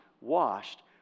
washed